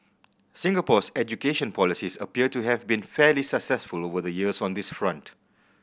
Singapore's education policies appear to have been fairly successful over the years on this front